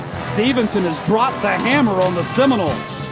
stephenson has dropped the hammer on the seminoles.